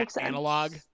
analog